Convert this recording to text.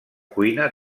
cuina